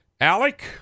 Alec